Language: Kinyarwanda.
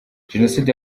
jenoside